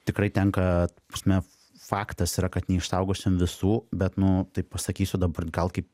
tikrai tenka ta prasme faktas yra kad neišsaugosim visų bet nu taip pasakysiu dabar gal kaip